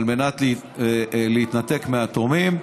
על מנת להתנתק מהתורמים.